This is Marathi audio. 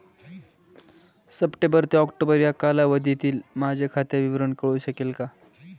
सप्टेंबर ते ऑक्टोबर या कालावधीतील माझे खाते विवरण कळू शकेल का?